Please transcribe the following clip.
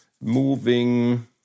moving